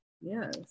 yes